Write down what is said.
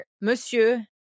Monsieur